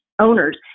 owners